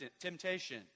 temptation